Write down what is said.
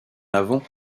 avant